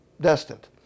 destined